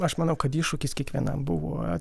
aš manau kad iššūkis kiekvienam buvo